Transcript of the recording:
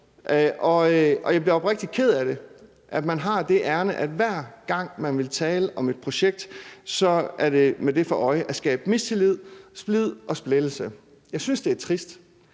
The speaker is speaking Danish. jeg bliver oprigtigt ked af det over, at man har det ærinde, at hver gang man vil tale om et projekt, er det med det for øje at skabe mistillid, splid og splittelse. Jeg synes, det er trist.